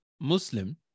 Muslim